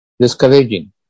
discouraging